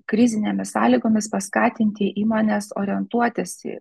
krizinėmis sąlygomis paskatinti įmones orientuotis į